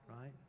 right